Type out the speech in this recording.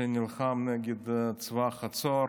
שנלחם נגד צבא חצור.